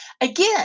again